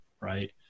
right